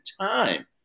time